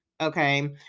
Okay